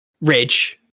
Ridge